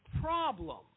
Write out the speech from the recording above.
Problem